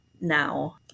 now